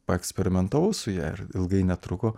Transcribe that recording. paeksperimentavau su ja ir ilgai netruko